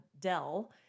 Dell